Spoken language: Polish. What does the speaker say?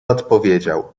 odpowiedział